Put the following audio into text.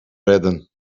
redden